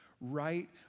right